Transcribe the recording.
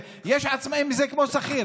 יש עצמאים שהם כמו שכיר.